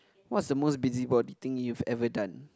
what's the most busybody thing you have ever done